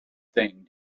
thing